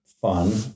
fun